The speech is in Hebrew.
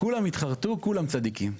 כולם התחרטו, כולם צדיקים.